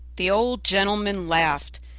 the old gentleman laughed,